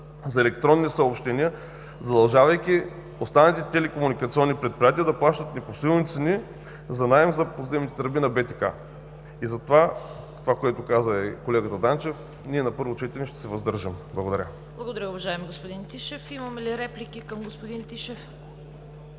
за електронни съобщения, задължавайки останалите телекомуникационни предприятия да плащат непосилни цени за наем за подземните тръби на БТК. И затова това, което каза и колегата Данчев, ние на първо четене ще се въздържим. Благодаря. ПРЕДСЕДАТЕЛ ЦВЕТА КАРАЯНЧЕВА: Благодаря, уважаеми господин Тишев. Имаме ли реплики към господин Тишев?